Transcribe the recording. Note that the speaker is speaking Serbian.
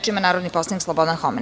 Reč ima narodni poslanik Slobodan Homen.